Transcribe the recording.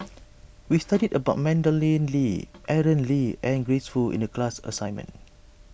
we studied about Madeleine Lee Aaron Lee and Grace Fu in the class assignment